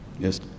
Yes